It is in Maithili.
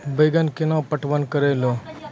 बैंगन केना पटवन करऽ लो?